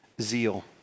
zeal